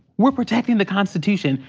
we're protecting the constitution,